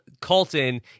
Colton